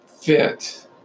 fit